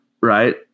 right